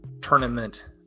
tournament